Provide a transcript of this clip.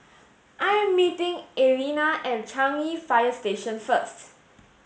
I am meeting Allena at Changi Fire Station first